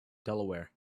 delaware